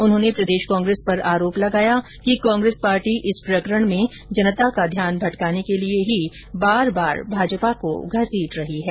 उन्होंने ने प्रदेश कांग्रेस पर आरोप लगाया कि कांग्रेस पार्टी इस प्रकरण में जनता का ध्यान भटकाने के लिए ही बार बार भाजपा को घसीट रही है